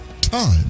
time